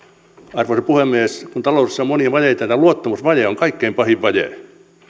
arvoisa puhemies kun taloudessa on monia vajeita tämä luottamusvaje on kaikkein pahin vaje